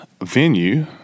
venue